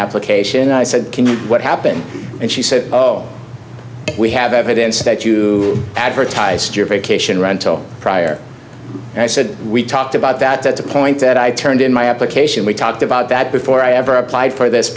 application i said what happened and she said oh we have evidence that you advertised your vacation rental prior and i said we talked about that at the point that i turned in my application we talked about that before i ever applied for this